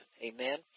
Amen